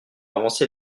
avancer